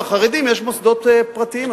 לחרדים יש מוסדות פרטיים,